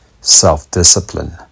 self-discipline